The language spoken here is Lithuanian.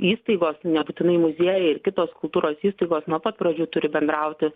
įstaigos nebūtinai muziejai ir kitos kultūros įstaigos nuo pat pradžių turi bendrauti